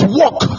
walk